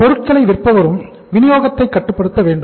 பொருட்களை விற்பவரும் வினியோகத்தை கட்டுப்படுத்த வேண்டும்